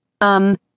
Um